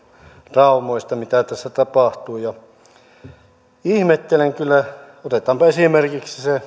traumoista mitä tässä tapahtuu ja ihmettelen kyllä otetaanpa esimerkiksi se